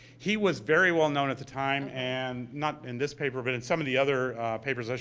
he was very well known at the time, and not in this paper, but in some of the other papers,